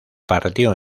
partió